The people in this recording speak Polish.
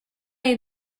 jej